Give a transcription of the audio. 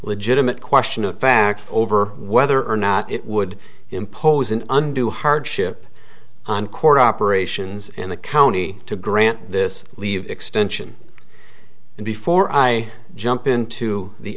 legitimate question of fact over whether or not it would impose an undue hardship on court operations in the county to grant this leave extension and before i jump into the